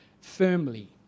firmly